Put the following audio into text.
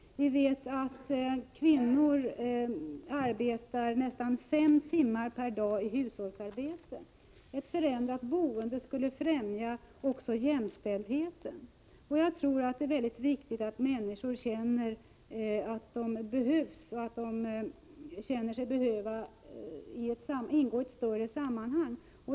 Vi vet att kvinnor arbetar nästan fem timmar per dag med hushållsarbete. Ett förändrat boende skulle främja också jämställdheten. Jag tror att det är mycket viktigt att människor känner att de behövs; de behöver känna sig ingå i ett större sammanhang.